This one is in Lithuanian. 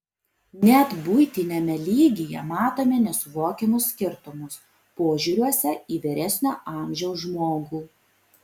net buitiniame lygyje matome nesuvokiamus skirtumus požiūriuose į vyresnio amžiaus žmogų